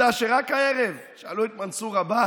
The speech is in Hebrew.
עובדה שרק הערב שאלו את מנסור עבאס: